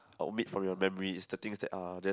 omit from your memories is the things that are there's